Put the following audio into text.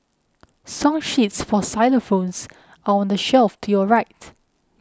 song sheets for xylophones are on the shelf to your right